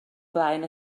flaen